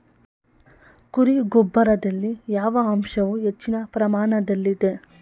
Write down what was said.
ಕುರಿ ಗೊಬ್ಬರದಲ್ಲಿ ಯಾವ ಅಂಶವು ಹೆಚ್ಚಿನ ಪ್ರಮಾಣದಲ್ಲಿದೆ?